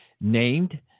named